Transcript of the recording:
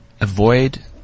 Avoid